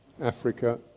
Africa